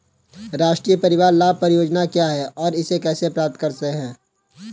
राष्ट्रीय परिवार लाभ परियोजना क्या है और इसे कैसे प्राप्त करते हैं?